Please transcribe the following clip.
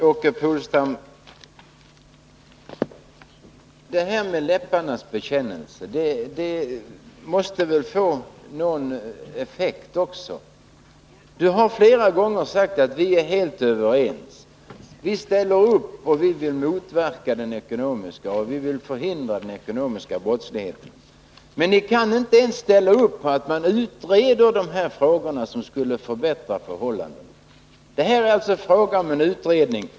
Fru talman! Det räcker inte med läpparnas bekännelse, man måste väl få någon effekt också. Åke Polstam har flera gånger sagt att vi är helt överens när det gäller att vilja förhindra den ekonomiska brottligheten. Men ni kan inte ens ställa upp på att man utreder de frågor som skulle förbättra förhållandena. Vi kräver alltså en utredning.